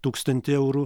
tūkstantį eurų